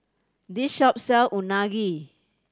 this shop sells Unagi